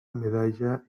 medalla